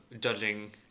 judging